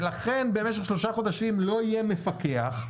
ולכן במשך שלושה חודשים לא יהיה מפקח,